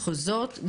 מחוזות,